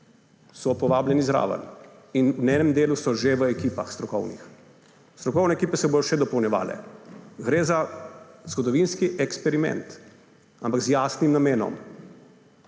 so povabljeni zraven. V enem delu so že v strokovnih ekipah. Strokovne ekipe se bodo še dopolnjevale. Gre za zgodovinski eksperiment, ampak z jasnim namenom: